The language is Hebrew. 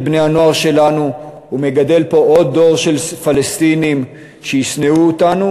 בני-הנוער שלנו ומגדל פה עוד דור של פלסטינים שישנאו אותנו,